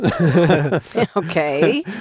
Okay